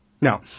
Now